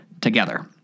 together